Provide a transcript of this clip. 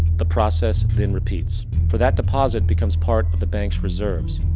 the process then repeats. for that deposit becomes part of the bank's reserves.